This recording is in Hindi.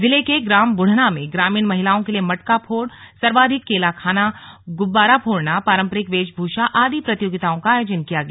जिले के ग्राम बुढ़ना में ग्रामीण महिलाओं के लिए मटका फोड़ सर्वाधिक केला खाना गुब्बारा फोड़ना पारम्परिक वेश भूषा आदि प्रतियोगिताओं का आयोजन किया गया